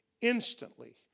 Instantly